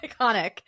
iconic